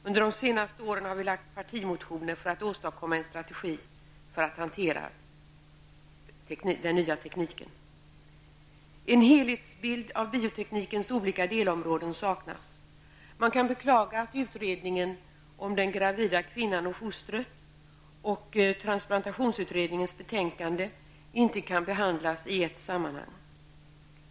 Under de senaste åren har vi lagt fram partimotioner för att åstadkomma en strategi för att hantera den nya tekniken. En helhetsbild av bioteknikens olika delområden saknas. Man kan beklaga att utredningen om ''Den gravida kvinnan och fostret -- två individer; Om fosterdiagnostik, Om sena aborter'' och transplantationsutredningens betänkande inte kan behandlas i ett sammanhang.